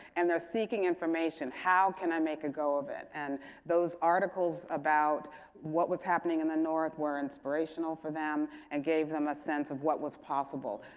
and they're seeking information. how can i make a go of it? and those articles about what was happening in the north were inspirational for them and gave them a sense of what was possible.